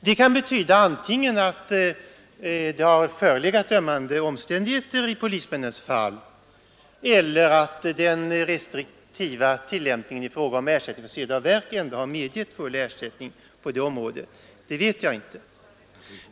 Det kan betyda antingen att det har förelegat ömmande omständigheter i polismännens fall eller att den restriktiva tillämpningen i fråga om ersättning för sveda och värk ändå har medgivit full ersättning i de fallen.